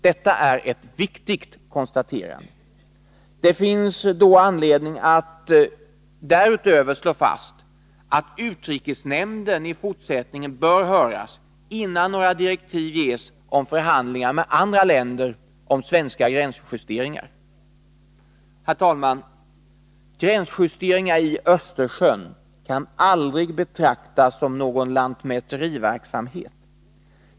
Detta är ett viktigt konstaterande. Det finns därtill anledning att Nr 154 slå fast att utrikesnämnden i fortsättningen bör höras, innan några direktiv Onsdagen den ges rörande förhandlingar med andra länder om svenska gränsjusteringar. 25 maj 1983 Herr talman! Gränsdragningar i Östersjön kan aldrig betraktas som någon lantmäteriverksamhet.